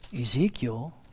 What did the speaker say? Ezekiel